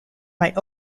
might